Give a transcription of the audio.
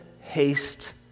haste